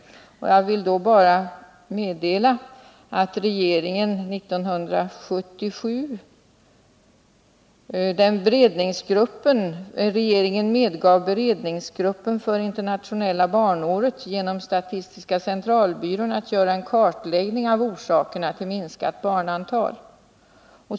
Låt mig meddela att regeringen år 1977 medgav beredningsgruppen för internationella barnåret att genom statistiska centralbyrån göra en kartläggning av orsakerna till det minskade barnantalet.